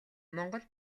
монгол